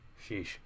sheesh